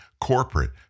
corporate